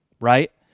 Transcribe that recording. right